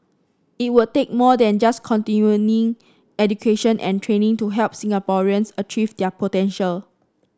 it will take more than just continuing education and training to help Singaporeans achieve their potential